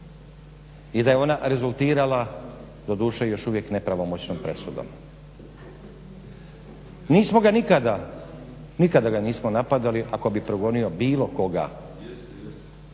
i da je ona rezultirala doduše još uvijek nepravomoćnom presudom. Nismo ga nikada napadali ako bi progonio bilo koga